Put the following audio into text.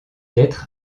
lettre